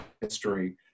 history